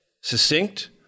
succinct